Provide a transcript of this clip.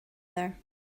there